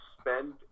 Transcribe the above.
spend